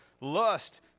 lust